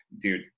dude